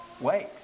Wait